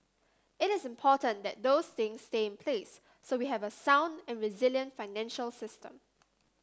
it is important that those things stay in place so we have a sound and resilient financial system